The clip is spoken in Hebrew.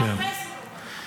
הוא מאפס אותו.